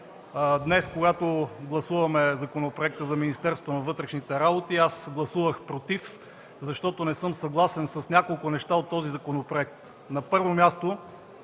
днес, когато гласуваме Законопроекта за Министерството на вътрешните работи, гласувах „против”, защото не съм съгласен с няколко неща от този законопроект.